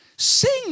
sing